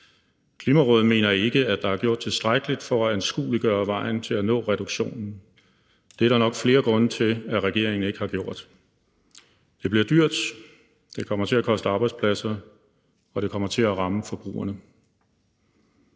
Klimarådet mener ikke, at der er gjort tilstrækkeligt for at anskueliggøre vejen til at nå reduktionen. Det er der nok flere grunde til at regeringen ikke har gjort: Det bliver dyrt, det kommer til at koste arbejdspladser, og det kommer til at ramme forbrugerne.